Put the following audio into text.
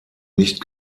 nicht